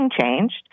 changed